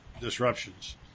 disruptions